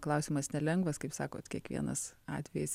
klausimas nelengvas kaip sakot kiekvienas atvejis